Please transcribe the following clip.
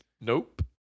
nope